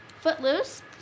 Footloose